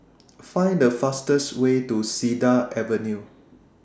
Find The fastest Way to Cedar Avenue